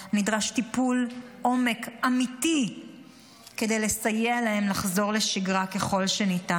נדרש טיפול עומק אמיתי כדי לסייע להם לחזור לשגרה ככל שניתן.